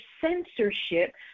censorship